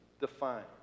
defined